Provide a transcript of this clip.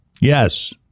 yes